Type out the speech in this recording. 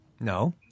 No